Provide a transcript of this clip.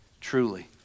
truly